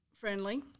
friendly